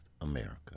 America